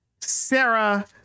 Sarah